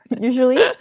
usually